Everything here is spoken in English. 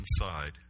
inside